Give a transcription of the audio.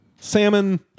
Salmon